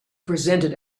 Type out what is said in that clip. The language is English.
presented